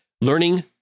Learning